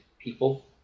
people